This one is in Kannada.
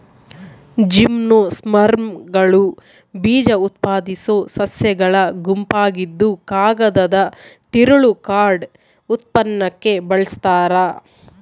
ಜಿಮ್ನೋಸ್ಪರ್ಮ್ಗಳು ಬೀಜಉತ್ಪಾದಿಸೋ ಸಸ್ಯಗಳ ಗುಂಪಾಗಿದ್ದುಕಾಗದದ ತಿರುಳು ಕಾರ್ಡ್ ಉತ್ಪನ್ನಕ್ಕೆ ಬಳಸ್ತಾರ